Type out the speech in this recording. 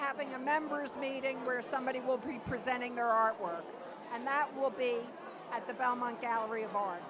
having a members meeting where somebody will print presenting their artwork and that will be at the belmont gallery of